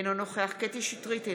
אינו נוכח קטי קטרין שטרית,